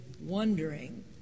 wondering